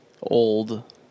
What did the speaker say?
old